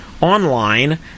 online